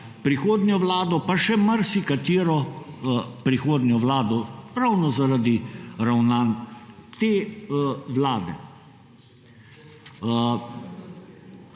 prihodnjo vlado, pa še marsikatero prihodnjo vlado ravno zaradi ravnanj te vlade.